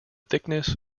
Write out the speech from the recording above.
thickness